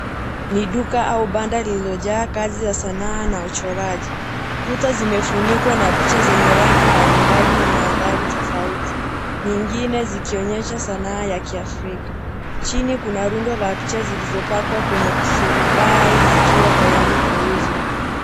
Ni duka au banda lililojaa kazi za sanaa na uchoraji. Kuta zimefunikwa na picha zenye rangi mbalimbali na mandhari tofauti. Nyingine zikionyesha sanaa ya kiafrika. Chini kuna rundo la picha zilizopakwa kwenye turubai zikiwa tayari kuuzwa.